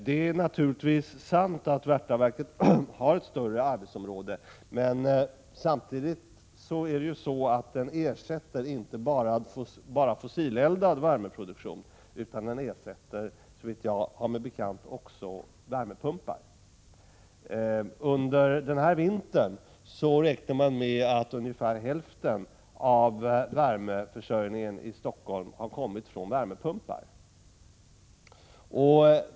Det är naturligtvis sant att Värtaverket har ett större arbetsområde, men det ersätter inte bara fossileldad värmeproduktion utan också, såvitt jag vet, värmepumpar. Under denna vinter räknar man med att ungefär hälften av värmeförsörjningen i Stockholm har kommit från värmepumpar.